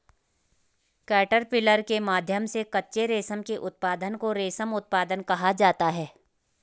caterpillar के माध्यम से कच्चे रेशम के उत्पादन को रेशम उत्पादन कहा जाता है